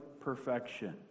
perfection